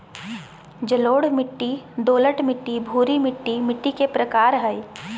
जलोढ़ मिट्टी, दोमट मिट्टी, भूरी मिट्टी मिट्टी के प्रकार हय